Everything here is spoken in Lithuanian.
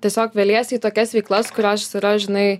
tiesiog veliesi į tokias veiklas kurios yra žinai